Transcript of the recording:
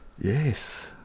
Yes